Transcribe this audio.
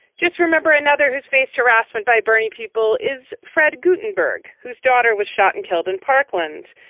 just remember, another who's faced harassment by bernie people is fred gutenberg, whose daughter was shot and killed in parkland.